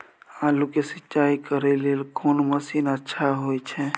आलू के सिंचाई करे लेल कोन मसीन अच्छा होय छै?